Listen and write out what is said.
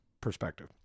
perspective